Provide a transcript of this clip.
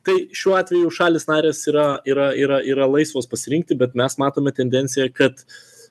tai šiuo atveju šalys narės yra yra yra yra laisvos pasirinkti bet mes matome tendenciją kad